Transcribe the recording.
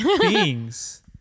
beings